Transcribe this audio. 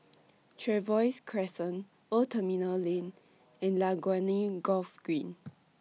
Trevose Crescent Old Terminal Lane and Laguna Golf Green